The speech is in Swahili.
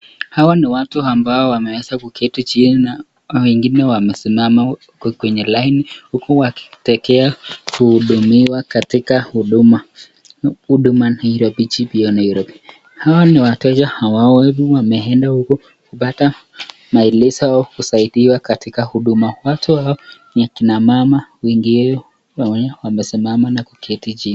Hawa ni watu ambao wameweza kuketi chini na wengine wamesimama kwenye laini huku wakitegea kuhudumiwa katika huduma Gpo Nairobi. Hawa ni wateja wameenda huko kupata maelezo yao kusaidiwa katika huduma. Watu hao ni akina mama wamesimama na kuketi chini.